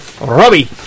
Robbie